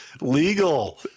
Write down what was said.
legal